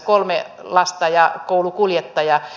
kolme lasta ja koulukuljettaja